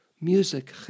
Music